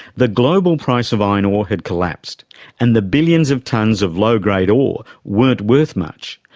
the global price of iron ore had collapsed and the billions of tonnes of low-grade ore weren't worth much.